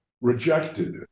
rejected